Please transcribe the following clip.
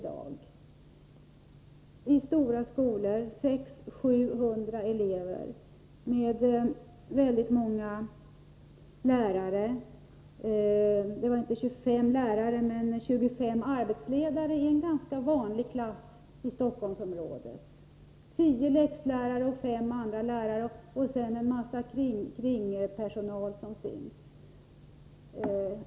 Det är stora skolor med 600-700 elever och väldigt många lärare. Det var inte 25 lärare men 25 arbetsledare i en ganska vanlig klass i Stockholmsområdet. Det var 10 läxlärare, 5 andra lärare och en massa ”kringpersonal”.